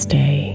Stay